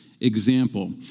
example